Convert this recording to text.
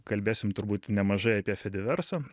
kalbėsim turbūt nemažai apie fediversą